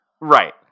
Right